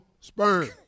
sperm